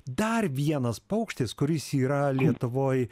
dar vienas paukštis kuris yra lietuvoj